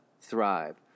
thrive